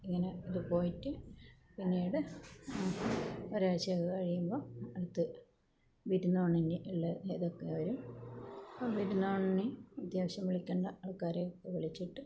ഇങ്ങനെ ഇത് പോയിട്ട് പിന്നീട് ഒരാഴ്ചയൊക്കെ കഴിയുമ്പോൾ അടുത്ത് വിരുന്ന് പോവണമെങ്കിൽ ഉള്ള ഇതൊക്കെ വരും വിരുന്ന് പോവുന്നതിന് അത്യാവശ്യം വിളിക്കേണ്ട ആൾക്കാരെ ഒക്കെ വിളിച്ചിട്ട്